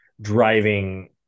driving